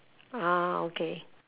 ah okay